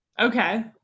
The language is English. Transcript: Okay